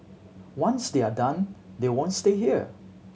once they are done they won't stay here